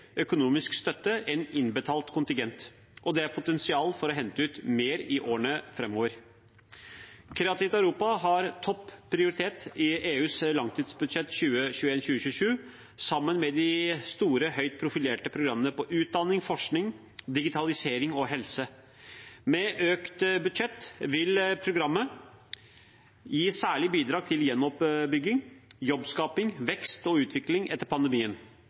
økonomisk støtte enn innbetalt kontingent, og det er potensial for å hente ut mer i årene framover. Kreativt Europa har topp prioritet i EUs langtidsbudsjett for 2021–2027 sammen med de store høyt profilerte programmene for utdanning, forskning, digitalisering og helse. Med økt budsjett vil programmet gi særlige bidrag til gjenoppbygging, jobbskaping, vekst og utvikling etter pandemien.